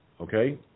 Okay